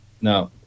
No